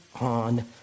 on